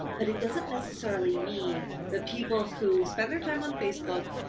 um but it doesn't necessarily mean the people who spend their time on facebook,